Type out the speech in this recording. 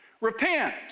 Repent